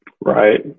Right